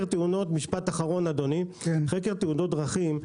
משפט אחרון על חקר תאונות דרכים,